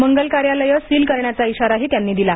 मंगल कार्यालयं सील करण्याचा इशाराही त्यांनी दिला